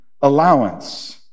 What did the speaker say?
allowance